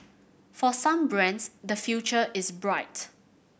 for some brands the future is bright